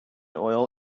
oil